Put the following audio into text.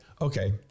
okay